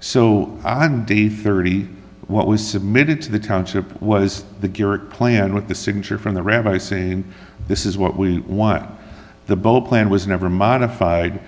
so i'm day thirty what was submitted to the township was the plan with the signature from the rabbi saying this is what we want the bowl plan was never modified